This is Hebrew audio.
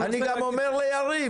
אני גם אומר ליריב.